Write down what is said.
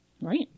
Right